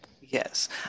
Yes